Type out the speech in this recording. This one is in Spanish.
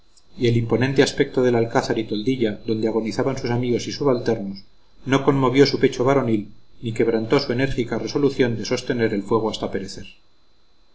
y el imponente aspecto del alcázar y toldilla donde agonizaban sus amigos y subalternos no conmovió su pecho varonil ni quebrantó su enérgica resolución de sostener el fuego hasta perecer